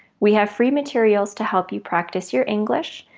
we have free materials to help you practise your english,